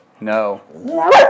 No